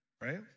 right